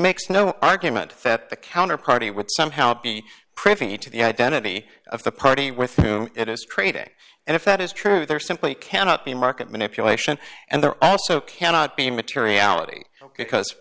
makes no argument that the counter party would somehow be privy to the identity of the party with whom it is trading and if that is true there simply cannot be market manipulation and there also cannot be materiality because